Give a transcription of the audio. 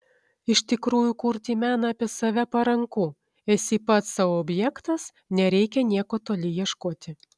iš tikrųjų kurti meną apie save paranku esi pats sau objektas nereikia nieko toli ieškoti